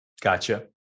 Gotcha